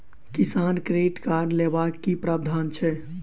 किसान credit card लेबाक की प्रावधान छै?